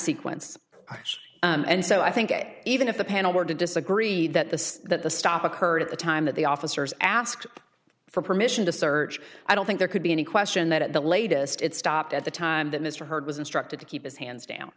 sequence and so i think it even if the panel were to disagree that the that the stop occurred at the time that the officers asked for permission to search i don't think there could be any question that at the latest it stopped at the time that mr hurd was instructed to keep his hands down